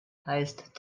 heißt